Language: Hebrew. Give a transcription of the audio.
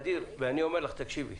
תקשיבי,